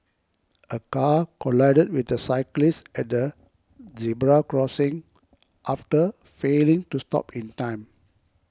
a car collided with a cyclist at a zebra crossing after failing to stop in time